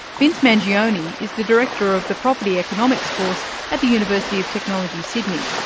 vince mangioni is the director of the property economics course at the university of technology, sydney.